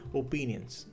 opinions